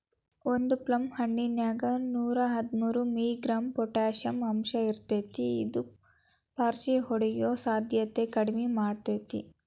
ಒಂದು ಪ್ಲಮ್ ಹಣ್ಣಿನ್ಯಾಗ ನೂರಾಹದ್ಮೂರು ಮಿ.ಗ್ರಾಂ ಪೊಟಾಷಿಯಂ ಅಂಶಇರ್ತೇತಿ ಇದು ಪಾರ್ಷಿಹೊಡಿಯೋ ಸಾಧ್ಯತೆನ ಕಡಿಮಿ ಮಾಡ್ತೆತಿ